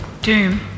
Doom